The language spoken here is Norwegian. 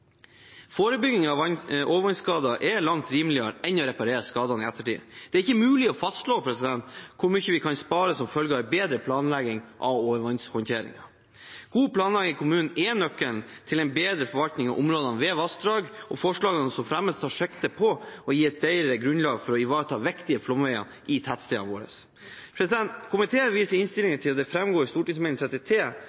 Forebygging av overvannsskader er langt rimeligere enn å reparere skadene i ettertid. Det er ikke mulig å fastslå hvor mye vi kan spare som følge av bedre planlegging av overvannshåndtering. God planlegging i kommunene er nøkkelen til en bedre forvaltning av områdene ved vassdrag, og forslagene som fremmes, tar sikte på å gi et bedre grunnlag for å ivareta viktige flomveier på tettstedene. Komiteen viser